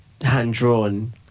hand-drawn